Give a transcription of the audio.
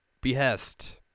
behest